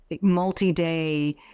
multi-day